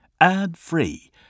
ad-free